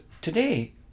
today